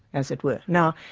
as it were. now,